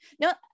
no